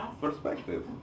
perspective